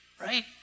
right